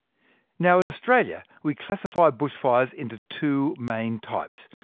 now in australia we classify bushfires into two main types,